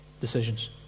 decisions